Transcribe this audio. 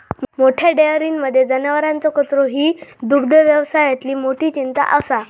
मोठ्या डेयरींमध्ये जनावरांचो कचरो ही दुग्धव्यवसायातली मोठी चिंता असा